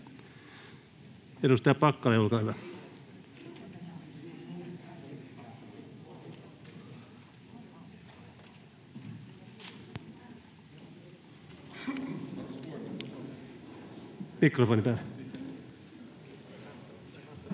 Edustaja Packalén, olkaa hyvä.